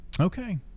okay